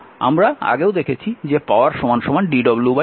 আমরা আগেও দেখেছি যে পাওয়ার dwdt